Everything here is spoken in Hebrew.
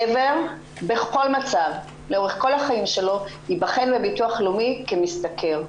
גבר בכל מצב לאורך כל החיים שלו ייבחן בביטוח לאומי כמשתכר.